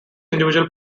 individual